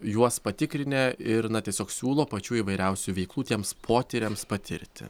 juos patikrinę ir na tiesiog siūlo pačių įvairiausių veiklų tiems potyriams patirti